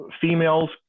Females